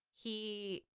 he,